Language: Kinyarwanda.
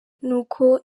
nuko